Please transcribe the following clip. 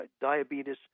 diabetes